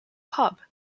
pub